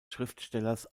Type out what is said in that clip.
schriftstellers